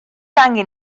angen